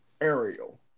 Ariel